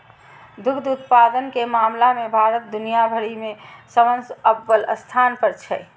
दुग्ध उत्पादन के मामला मे भारत दुनिया भरि मे सबसं अव्वल स्थान पर छै